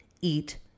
Eat